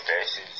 faces